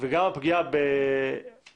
וגם הפגיעה במדינה,